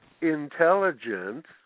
intelligence